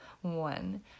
one